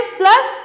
plus